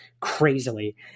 crazily